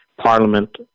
parliament